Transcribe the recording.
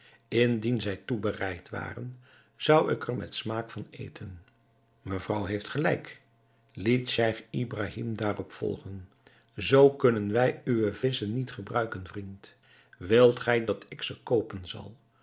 indien zij toebereid waren zou ik er met smaak van eten mevrouw heeft gelijk liet scheich ibrahim daarop volgen zoo kunnen wij uwe visschen niet gebruiken vriend wilt gij dat ik ze koopen zal